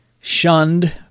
shunned